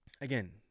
again